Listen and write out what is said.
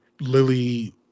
Lily